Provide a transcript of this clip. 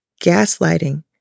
gaslighting